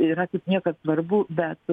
yra kaip niekad svarbu bet